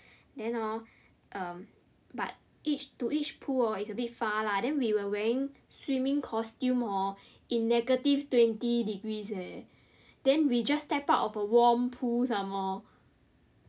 then hor um but each to each pool hor it's a bit far lah then we were wearing swiming costume hor in negative twenty degrees eh then we just step out of a warm pool some more